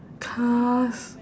cars